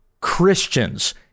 Christians